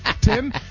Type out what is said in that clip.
Tim